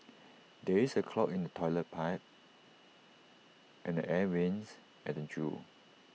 there is A clog in the Toilet Pipe and the air Vents at the Zoo